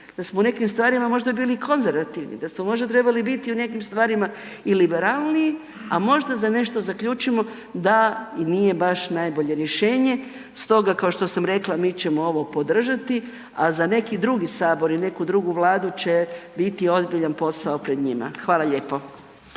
da smo u nekim stvarima bili možda i konzervativni, da smo možda trebali biti u nekim stvarima i liberalniji, a možda za nešto zaključimo da i nije baš najbolje rješenje. Stoga, kao što sam rekla, mi ćemo ovo podržati, a za neki drugi sabor i neku drugu Vladu će biti ozbiljan posao pred njima. Hvala lijpo.